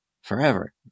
forever